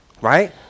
right